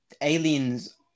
aliens